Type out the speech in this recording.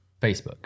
Facebook